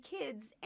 kids